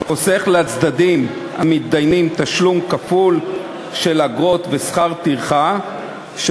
חוסך לצדדים המתדיינים תשלום כפול של אגרות ושכר טרחה של